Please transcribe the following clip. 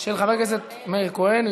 של חבר הכנסת מאיר כהן.